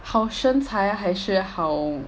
好身材还是好